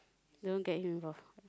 don't get involved